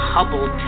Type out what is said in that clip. Hubble